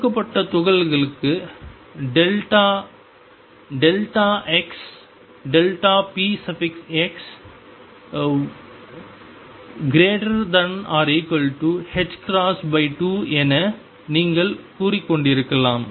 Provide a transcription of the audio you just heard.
கொடுக்கப்பட்ட துகளுக்கு delta xpx2 என நீங்கள் கற்றுக்கொண்டிருக்கலாம்